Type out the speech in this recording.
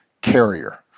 carrier